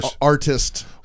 artist